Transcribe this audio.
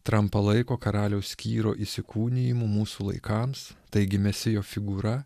trampą laiko karaliaus kyro įsikūnijimu mūsų laikams taigi mesijo figūra